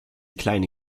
kleine